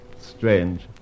Strange